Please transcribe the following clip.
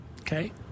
Okay